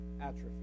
atrophy